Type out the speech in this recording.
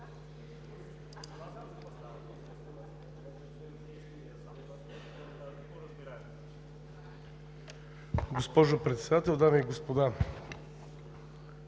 Госпожо Председател, дами и господа!